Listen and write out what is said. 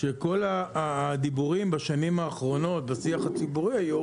שכל הדיבורים בשנים האחרונות בשיח הציבורי היו